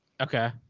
Okay